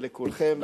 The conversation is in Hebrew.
ולכולכם,